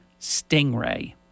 Stingray